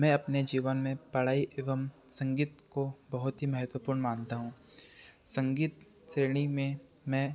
मैं अपने जीवन में पढ़ाई एवं संगीत को बहुत ही महत्वपूर्ण मानता हूँ संगीत श्रेणी में मैं